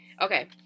okay